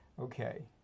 Okay